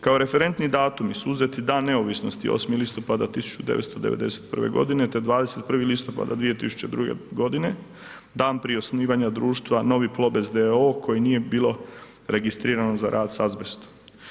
Kao referentni datumi su uzeti Dan neovisnosti, 8. listopada 1991. g. te 21. listopada 2002. g., dan prije osnivanja društva Novi Plobest d.o.o. koji nije bilo registrirano za rad s azbestom.